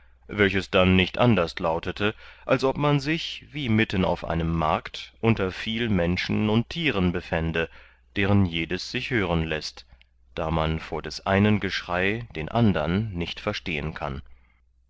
welches dann nicht anderst lautete als ob man sich wie mitten auf einem markt unter viel menschen und tieren befände deren jedes sich hören läßt da man vor des einen geschrei den andern nicht verstehen kann